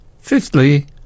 Fifthly